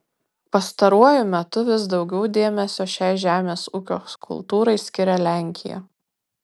pastaruoju metu vis daugiau dėmesio šiai žemės ūkio kultūrai skiria lenkija